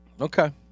Okay